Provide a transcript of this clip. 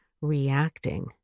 reacting